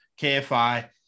KFI